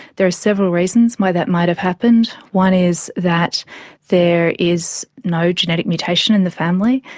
there are several reasons why that might have happened. one is that there is no genetic mutation in the family,